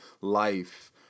life